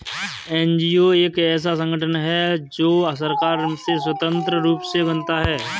NGO एक ऐसा संगठन है जो सरकार से स्वतंत्र रूप से बनता है